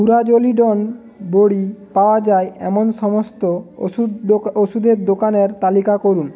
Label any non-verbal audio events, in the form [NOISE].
furazolidone বড়ি পাওয়া যায় এমন সমস্ত ওষুধ দোক [UNINTELLIGIBLE] ওষুধের দোকানের তালিকা করুন